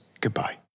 Goodbye